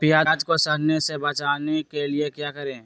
प्याज को सड़ने से बचाने के लिए क्या करें?